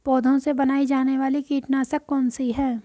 पौधों से बनाई जाने वाली कीटनाशक कौन सी है?